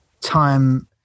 time